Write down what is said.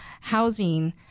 housing